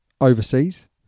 overseas